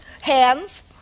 Hands